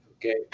okay